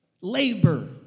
labor